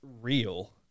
real